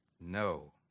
No